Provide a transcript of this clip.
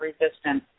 resistance